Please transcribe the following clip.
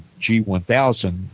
G1000